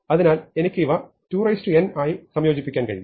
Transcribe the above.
അതിനാൽ എനിക്ക് ഇവ 2n ആയി സംയോജിപ്പിക്കാൻ കഴിയും